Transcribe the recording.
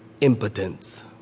impotence